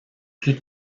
plus